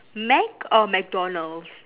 mac or mcdonald's